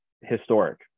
historic